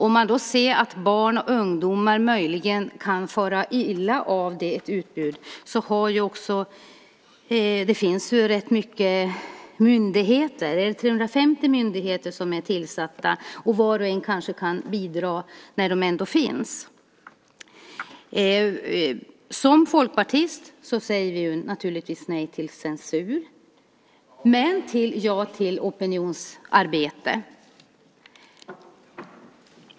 Om man då ser att barn och ungdomar möjligen kan fara illa av ett utbud kan man peka på att det finns rätt många myndigheter, det är väl 350 myndigheter som är tillsatta, och var och en kanske kan bidra när de ändå finns. Som folkpartister säger vi naturligtvis nej till censur, men ja till opinionsarbete.